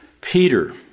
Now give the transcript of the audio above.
Peter